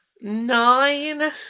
Nine